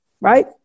right